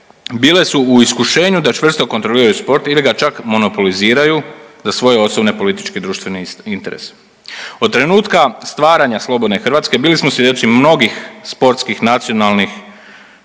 bile su u iskušenju da čvrsto kontroliraju sport ili ga čak monopoliziraju za svoje osobne, političke i društvene interese. Od trenutka stvaranja slobodne Hrvatske bili smo svjedoci mnogih sportskih nacionalnih